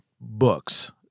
books